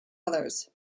others